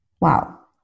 Wow